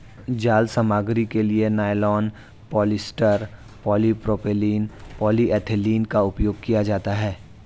जाल सामग्री के लिए नायलॉन, पॉलिएस्टर, पॉलीप्रोपाइलीन, पॉलीएथिलीन का उपयोग किया जाता है